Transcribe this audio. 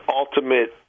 ultimate